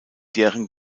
deren